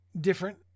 different